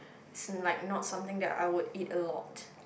as in like not something that I would eat a lot